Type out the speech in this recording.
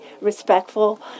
respectful